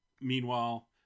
Meanwhile